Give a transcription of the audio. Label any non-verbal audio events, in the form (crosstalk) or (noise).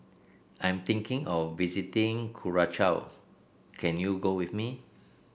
I'm thinking of visiting (unintelligible) can you go with me